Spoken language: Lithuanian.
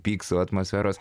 pykso atmosferos